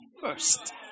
first